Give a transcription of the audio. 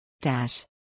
dash